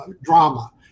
drama